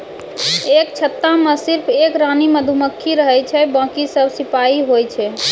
एक छत्ता मॅ सिर्फ एक रानी मधुमक्खी रहै छै बाकी सब सिपाही होय छै